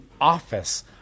office